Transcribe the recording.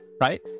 right